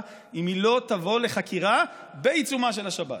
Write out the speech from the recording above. אם היא לא תבוא לחקירה בעיצומה של השבת.